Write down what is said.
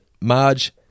Marge